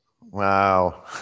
Wow